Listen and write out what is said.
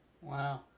Wow